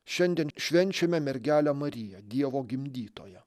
šiandien švenčiame mergelę mariją dievo gimdytoją